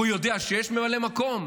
כי הוא יודע שאם יש ממלא מקום,